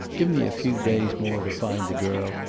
give me a few days more to find the girl,